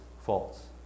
false